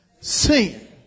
sin